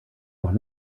noch